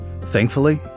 Thankfully